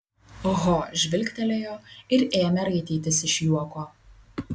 ho žvilgtelėjo ir ėmė raitytis iš juoko